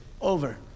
Over